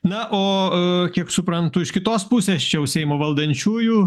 na o kiek suprantu iš kitos pusės čia jau seimo valdančiųjų